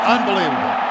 Unbelievable